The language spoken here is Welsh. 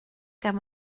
gan